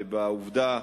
ולעובדה,